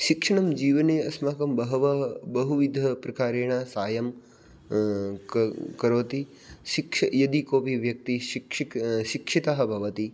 शिक्षणं जीवने अस्माकं बहवः बहुविधप्रकारेण साहाय्यं करोति शिक्ष् यदि कोऽपि व्यक्तिः शिक्षिक् शिक्षितः भवति